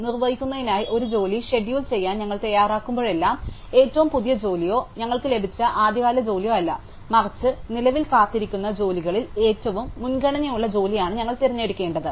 നിർവ്വഹിക്കുന്നതിനായി ഒരു ജോലി ഷെഡ്യൂൾ ചെയ്യാൻ ഞങ്ങൾ തയ്യാറാകുമ്പോഴെല്ലാം ഏറ്റവും പുതിയ ജോലിയോ ഞങ്ങൾക്ക് ലഭിച്ച ആദ്യകാല ജോലിയോ അല്ല മറിച്ച് നിലവിൽ കാത്തിരിക്കുന്ന ജോലികളിൽ ഏറ്റവും മുൻഗണനയുള്ള ജോലിയാണ് ഞങ്ങൾ തിരഞ്ഞെടുക്കേണ്ടത്